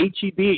HEB